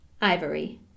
ivory